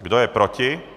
Kdo je proti?